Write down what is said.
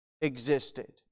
existed